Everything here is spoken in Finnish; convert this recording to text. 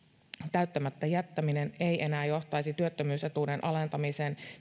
täyttämättä jättäminen ei enää johtaisi työttömyysetuuden alentamiseen